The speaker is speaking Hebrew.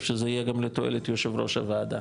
שזה יהיה גם לתועלת יושב ראש הוועדה,